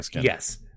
yes